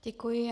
Děkuji.